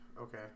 Okay